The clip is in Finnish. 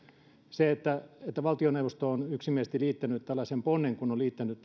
se että valtioneuvosto on yksimielisesti liittänyt tähän lakiesitykseen tällaisen ponnen kuin on liittänyt